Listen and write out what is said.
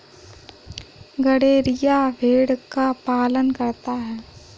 गड़ेरिया भेड़ का पालन करता है